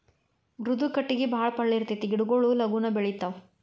ಮೃದು ಕಟಗಿ ಬಾಳ ಪಳ್ಳ ಇರತತಿ ಗಿಡಗೊಳು ಲಗುನ ಬೆಳಿತಾವ